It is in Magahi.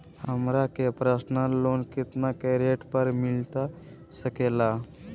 हमरा के पर्सनल लोन कितना के रेट पर मिलता सके ला?